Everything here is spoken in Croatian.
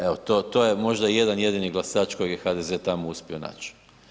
Evo to je možda jedan jedini glasač kojeg je HDZ tamo uspio naći.